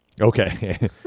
Okay